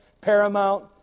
Paramount